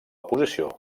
posició